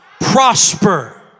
Prosper